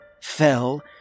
fell